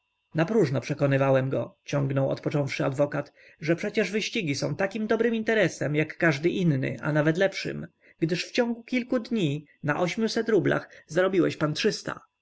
nosa napróźno przekonywałem go ciągnął odpocząwszy adwokat że przecież wyścigi są takim dobrym interesem jak każdy inny a nawet lepszym gdyż wciągu kilku dni na ośmiuset rublach zarobiłeś pan trzysta